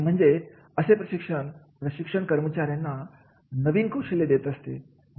ते म्हणजे असे प्रशिक्षण कर्मचाऱ्यांना नवीन कौशल्य देत असते